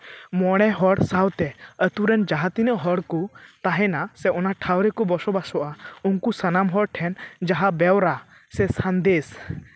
ᱢᱚᱬᱮ ᱦᱚᱲ ᱥᱟᱶᱛᱮ ᱟᱹᱛᱩ ᱨᱮᱱ ᱡᱟᱦᱟᱸ ᱛᱤᱱᱟᱹᱜ ᱦᱚᱲ ᱠᱚ ᱛᱟᱦᱮᱱᱟ ᱥᱮ ᱚᱱᱟ ᱴᱷᱟᱣ ᱨᱮᱠᱚ ᱵᱚᱥᱚᱵᱟᱥᱚᱜᱼᱟ ᱩᱱᱠᱩ ᱥᱟᱱᱟᱢ ᱦᱚᱲ ᱴᱷᱮᱱ ᱡᱟᱦᱟᱸ ᱵᱮᱣᱨᱟ ᱥᱮ ᱥᱟᱸᱫᱮᱥ